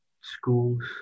schools